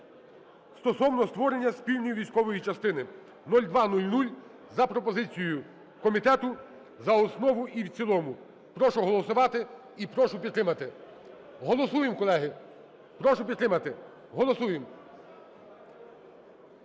стосовно створення спільної військової частини (0200) за пропозицією комітету за основу і в цілому. Прошу голосувати і прошу підтримати. Голосуємо, колеги. Прошу підтримати. Голосуємо.